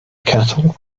cattle